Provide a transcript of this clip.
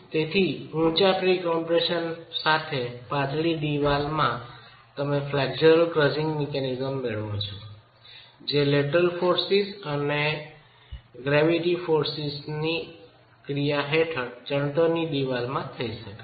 તેથી ઉચ્ચ pre compression સાથે પાતળી દિવાલમાં તમે ફ્લેક્સુરલ ક્રશિંગ મિકેનિઝમ મેળવી શકો છો જે લેટરલ દળો અને ગુરુત્વાકર્ષણ દળોની ક્રિયા હેઠળ ચણતરની દિવાલમાં થઈ શકે છે